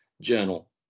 journal